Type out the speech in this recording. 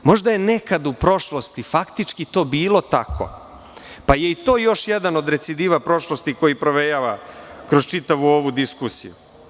Možda je nekad u prošlosti faktički to bilo tako, pa je to još jedan od recidiva prošlosti koji provejava kroz čitavu ovu diskusiju.